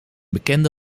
bekende